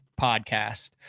podcast